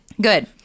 Good